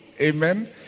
Amen